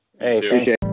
Hey